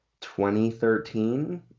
2013